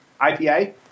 IPA